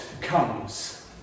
comes